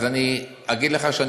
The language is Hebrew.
אז אני אומר לך שיש נזק,